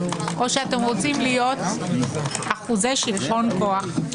או אתם רוצים להיות אחוזי שלטון כוח?